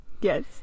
Yes